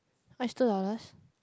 what's two dollars